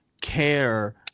care